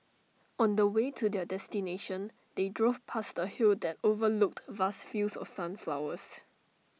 on the way to their destination they drove past A hill that overlooked vast fields of sunflowers